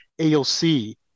AOC